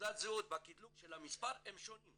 תעודת הזהות בקיטלוג של המספר, היא שונה.